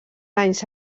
anys